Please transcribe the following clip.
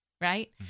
right